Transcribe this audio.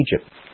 Egypt